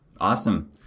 Awesome